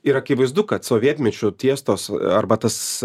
ir akivaizdu kad sovietmečiu tiestos arba tas